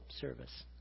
service